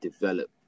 develop